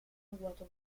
agguato